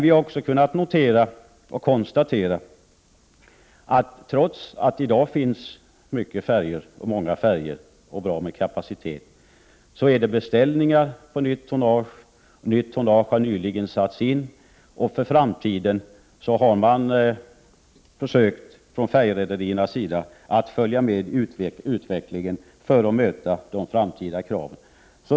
Vi har också kunnat konstatera att — trots att det i dag finns många färjor och kapaciteten är god — det finns beställningar på nytt tonnage och att nytt tonnage nyligen har satts in. Färjerederierna har försökt att följa med utvecklingen för att möta de framtida kraven.